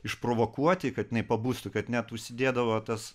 išprovokuoti kad jinai pabustų kad net užsidėdavo tas